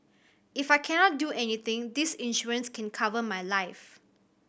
if I cannot do anything this insurance can cover my life